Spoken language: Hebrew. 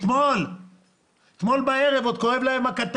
בערב והכתף עדיין כואבת להם.